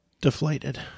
deflated